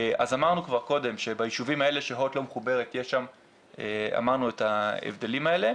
אז אמרנו כבר קודם שביישובים האלה שהוט לא מחוברת יש את ההבדלים האלה,